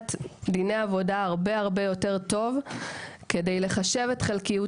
לדעת דיני עבודה הרבה יותר טוב כדי לחשב את חלקיות